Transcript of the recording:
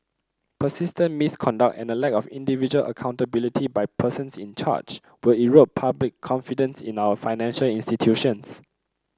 persistent misconduct and a lack of individual accountability by persons in charge will erode public confidence in our financial institutions